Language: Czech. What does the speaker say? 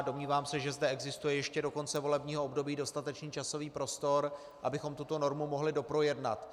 Domnívám se, že zde existuje ještě do konce volebního období dostatečný časový prostor, abychom tuto normu mohli doprojednat.